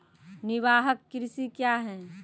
निवाहक कृषि क्या हैं?